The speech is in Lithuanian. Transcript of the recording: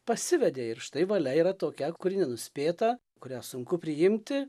pasivedė ir štai valia yra tokia kuri nenuspėta kurią sunku priimti